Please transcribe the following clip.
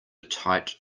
tight